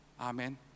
Amen